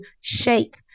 shape